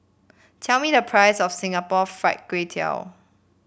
tell me the price of Singapore Fried Kway Tiao